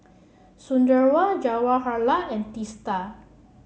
Sunderlal Jawaharlal and Teesta